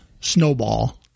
snowball